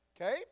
okay